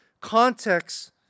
context